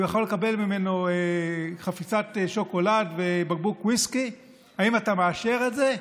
יכול לקבל ממנו חפיסת שוקולד ובקבוק ויסקי, האם אתה מאשר את זה?